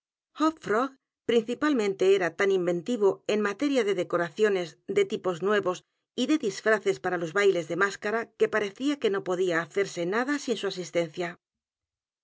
principalmente era tan inventivo en materia de decoraciones de tipos nuevos y de disfraces p a r a los bailes de máscara que parecía que no podía hacerse nada sin su asistencia